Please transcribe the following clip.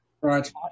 right